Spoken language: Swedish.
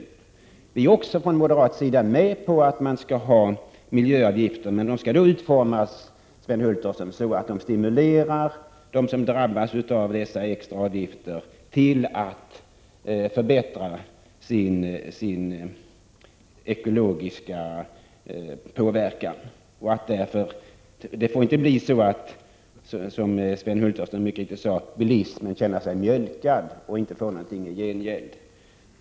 Även vi moderater är med på att man skall ha miljöavgifter, men dessa skall då, Sven Hulterström, utformas så, att de stimulerar dem som drabbas av de extra avgifterna till att åstadkomma ekologiska förbättringar. Det får inte bli, som Sven Hulterström mycket riktigt sade, så att bilisterna känner sig mjölkade utan att få någonting i gengäld.